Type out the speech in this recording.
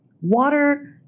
water